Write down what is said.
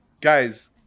Guys